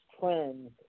trends